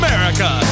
America